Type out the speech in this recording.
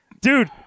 Dude